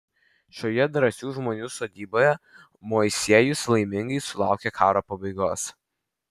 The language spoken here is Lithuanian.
šioje drąsių žmonių sodyboje moisiejus laimingai sulaukė karo pabaigos